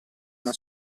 una